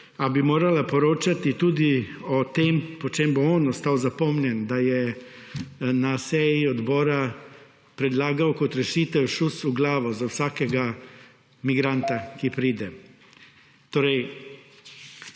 bi morala poročati tudi o tem po čem bo on ostal zapomnjen, da je na seji odbora predlagal kot rešitev šus v glavo za vsakega migranta, ki pride. Torej,